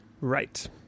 Right